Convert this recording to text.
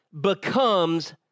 becomes